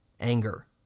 anger